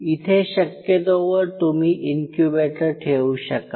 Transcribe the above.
इथे शक्यतोवर तुम्ही इन्क्युबेटर ठेवू शकाल